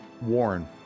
Warren